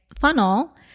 funnel